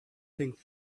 think